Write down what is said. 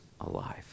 alive